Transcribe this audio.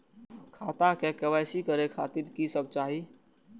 खाता के के.वाई.सी करे खातिर की सब चाही?